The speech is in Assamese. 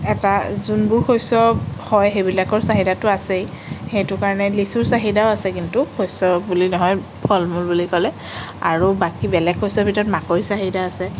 এটা যোনবোৰ শস্য হয় সেইবিলাকৰ চাহিদাটো আছেই সেইটো কাৰণে লিচুৰ চাহিদাও আছে কিন্তু শস্য বুলি নহয় ফল মূল বুলি ক'লে আৰু বাকী বেলেগ শস্যৰ ভিতৰত মাকৈৰ চাহিদা আছে